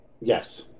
Yes